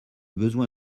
besoin